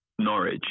Norwich